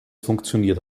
funktioniert